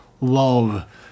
love